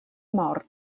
mor